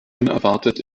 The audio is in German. unerwartet